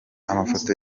amafoto